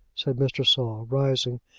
said mr. saul, rising,